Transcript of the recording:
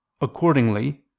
Accordingly